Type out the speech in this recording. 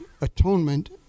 atonement